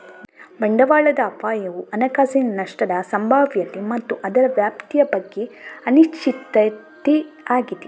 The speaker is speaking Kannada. ಬಂಡವಾಳದ ಅಪಾಯವು ಹಣಕಾಸಿನ ನಷ್ಟದ ಸಂಭಾವ್ಯತೆ ಮತ್ತು ಅದರ ವ್ಯಾಪ್ತಿಯ ಬಗ್ಗೆ ಅನಿಶ್ಚಿತತೆಯಾಗಿದೆ